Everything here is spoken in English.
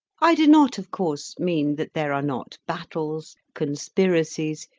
i do not, of course, mean that there are not battles, conspiracies,